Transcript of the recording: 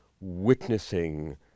witnessing